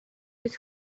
his